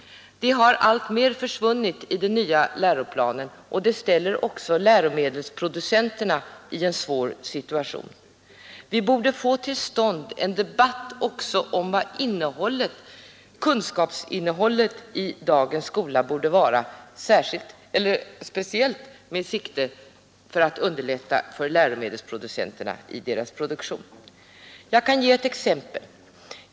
Det har alltmer försvunnit i den nya läroplanen, och det ställer även läromedelsproducenterna i en svår situation. Vi borde få till stånd en debatt om vad kunskapsinnehållet i dagens skola borde vara, speciellt med sikte på att underlätta arbetet för läromedelsproducenterna. Låt mig ge ett exempel.